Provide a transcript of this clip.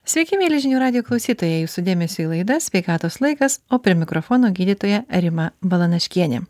sveiki mieli žinių radijo klausytojai jūsų dėmesiui laida sveikatos laikas o prie mikrofono gydytoja rima balanaškienė